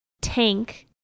tank